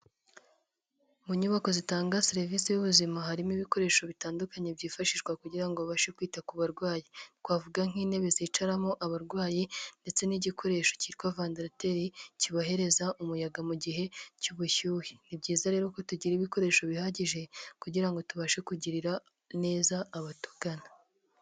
Mu nyubako zitanga serivisi y'ubuzima harimo ibikoresho bitandukanye byifashishwa kugira babashe kwita ku barwayi. Twavuga nk'intebe zicaramo abarwayi, ndetse n'igikoresho cyitwa vandarateri kibahereza umuyaga mu gihe cy'ubushyuhe. Ni byiza rero ko tugira ibikoresho bihagije kugira ngo tubashe kugirira neza abatugana.